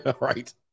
Right